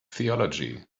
theology